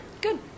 Good